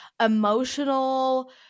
emotional